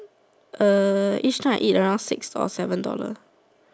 uh each time I eat around six or seven dollars